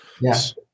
Yes